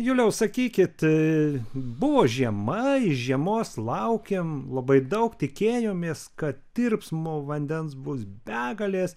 juliau sakykit buvo žiema žiemos laukėm labai daug tikėjomės kad tirpsmo vandens bus begalės